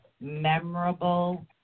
memorable